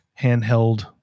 handheld